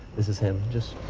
this is him. just